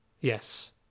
Yes